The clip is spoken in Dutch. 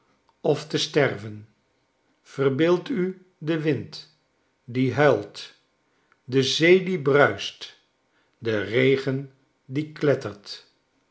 of te sterven verbeeld u den wind die huilt de zee die bruist den regen die